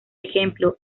ejemplo